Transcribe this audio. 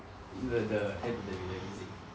the the app that you are using